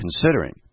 considering